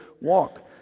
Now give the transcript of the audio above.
walk